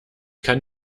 kann